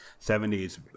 70s